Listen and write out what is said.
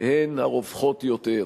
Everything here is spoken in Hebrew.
הן הרווחות יותר.